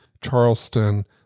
Charleston